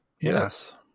Yes